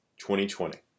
2020